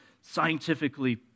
scientifically